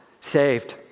saved